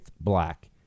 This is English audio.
black